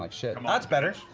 like shit. and that's better.